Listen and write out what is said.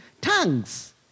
tongues